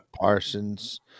Parsons